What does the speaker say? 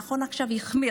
נכון, עכשיו החמיר.